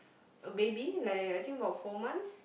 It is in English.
a baby like I think about four months